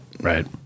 Right